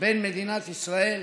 בין מדינת ישראל